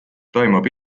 toimub